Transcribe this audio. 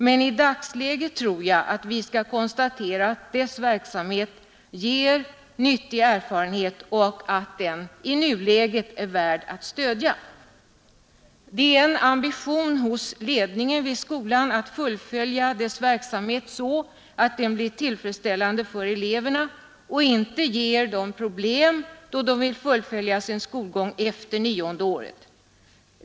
Men i dagsläget tror jag vi skall konstatera att dess verksamhet ger nyttig erfarenhet och att den i nuläget är värd att stödja. Det finns en ambition hos ledningen vid skolan att fullfölja verksamheten så att den blir tillfredsställande för eleverna och inte ger dem problem, då de vill fullfölja sin skolgång efter nionde året.